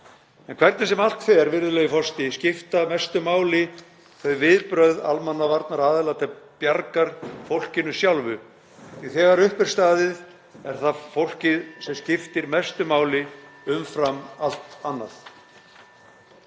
En hvernig sem allt fer, virðulegur forseti, skipta mestu máli þau viðbrögð almannavarnaaðila til bjargar fólkinu sjálfu, því að þegar upp er staðið er það fólkið sem skiptir mestu máli umfram allt annað.